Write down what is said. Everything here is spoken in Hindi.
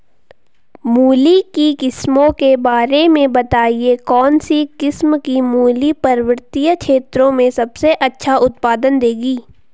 मूली की किस्मों के बारे में बताइये कौन सी किस्म की मूली पर्वतीय क्षेत्रों में सबसे अच्छा उत्पादन देंगी?